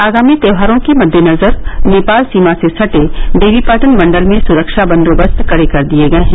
आगामी त्यौहारों के मद्देनजर नेपाल सीमा से सटे देवीपाटन मंडल में सुरक्षा बंदोबस्त कड़े कर दिये गये हैं